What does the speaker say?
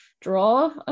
draw